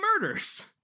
murders